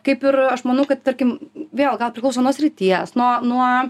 kaip ir aš manau kad tarkim vėl gal priklauso nuo srities nuo nuo